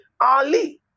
Ali